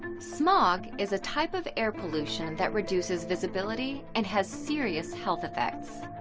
smog, is a type of air pollution, that reduces visibility and has serious health effects.